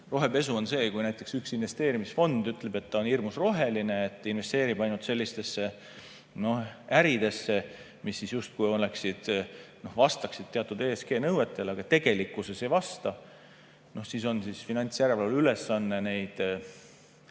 Rohepesu on see, kui näiteks üks investeerimisfond ütleb, et ta on hirmus roheline, et investeerib ainult sellistesse äridesse, mis justkui vastavad teatud ESG‑nõuetele, aga tegelikkuses ei vasta. Siis on finantsjärelevalve ülesanne neid